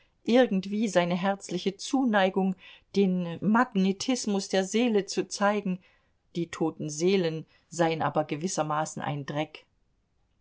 irgendwie seine herzliche zuneigung den magnetismus der seele zu zeigen die toten seelen seien aber gewissermaßen ein dreck